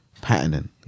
patterning